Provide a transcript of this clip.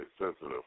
sensitive